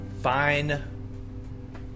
fine